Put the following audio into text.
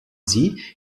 sie